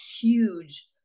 huge